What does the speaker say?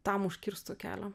tam užkirstų kelią